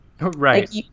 right